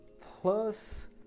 plus